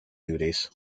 duties